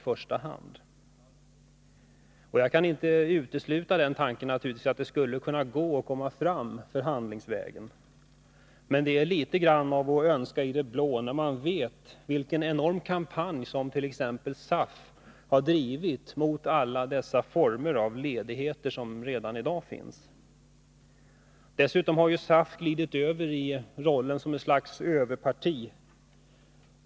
Jag kan naturligtvis inte utesluta den tanken att det skulle kunna gå att komma fram förhandlingsvägen. Men det är litet av att önska i det blå, när man vet vilken enorm kampanj som t.ex. SAF har bedrivit mot alla de former av ledigheter som redan i dag finns. Dessutom har SAF glidit över till att spela rollen av ett slags överparti.